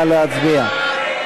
נא להצביע.